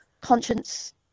conscience